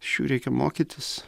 iš jų reikia mokytis